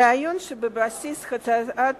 הרעיון שבבסיס הצעת